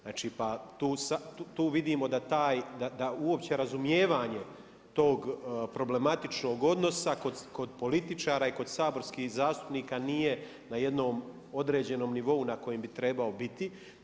Znači tu vidimo da taj, da uopće razumijevanje tog problematičnog odnosa kod političara i kod saborskih zastupnika nije na jednom određenom nivou na kojem bi trebao biti.